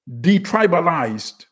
detribalized